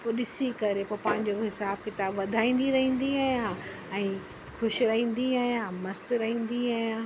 पोइ ॾिसी करे पोइ पंहिंजो हिसाबु किताबु वधाईंदी रईंदी आहियां ऐं ख़ुशि रहंदी आहियां मस्त रहंदी आहियां